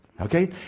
Okay